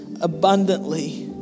abundantly